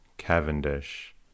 Cavendish